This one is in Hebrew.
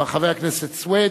חבר הכנסת סוייד,